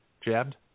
jabbed